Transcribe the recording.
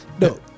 No